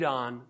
on